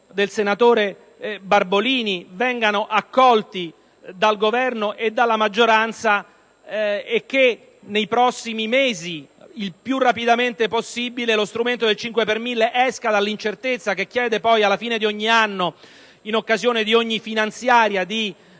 del senatore Barbolini, possano essere accolti dal Governo e dalla maggioranza e che nei prossimi mesi, il più rapidamente possibile, lo strumento del 5 per mille esca da quell'incertezza che chiede poi, alla fine di ogni anno, in occasione di ogni finanziaria, di